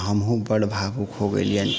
तऽ हुमहुँ बड्ड भावुक हो गेलियनि